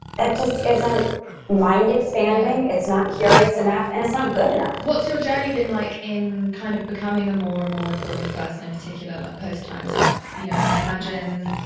that just isn't mind expanding. it's not curious enough and it's not good enough what's your journey been like in kind of becoming a more, more informed person in particular? like post time's up. you know, i imagine,